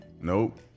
Nope